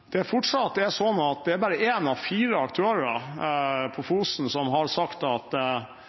at det fortsatt er sånn at det bare er én av fire aktører på Fosen som har sagt at